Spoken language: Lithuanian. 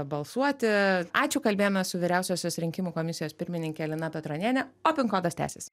balsuoti ačiū kalbėjome su vyriausiosios rinkimų komisijos pirmininke lina petroniene o pin kodas tęsiasi